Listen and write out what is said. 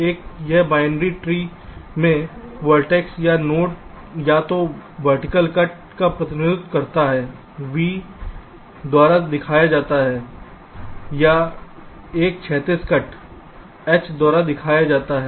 इस binary tree में vertex या नोड या तो वर्टिकल कट का प्रतिनिधित्व करता है V द्वारा दिखाया जाता है या एक क्षैतिज कट H द्वारा दिखाया जाता है